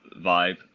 vibe